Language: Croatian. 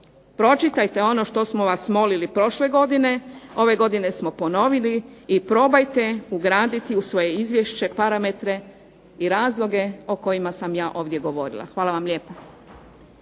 pročitajte ono što smo vas molili prošle godine, ove godine smo ponovili i probajte ugraditi u svoje izvješće parametre i razloge o kojima sam ja ovdje govorila. Hvala vam lijepa.